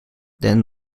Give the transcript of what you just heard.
then